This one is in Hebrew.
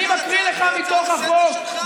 אני מקריא לך מתוך החוק,